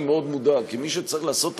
אני מאוד מודאג, כי מי שצריך לעשות את